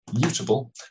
mutable